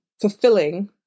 fulfilling